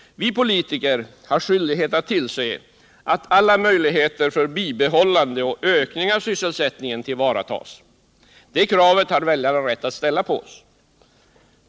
Vi politiker har skyldighet att tillse att alla möjligheter för ett bibehållande och en ökning av sysselsättningen tillvaratas. Det kravet har väljarna rätt att ställa på oss.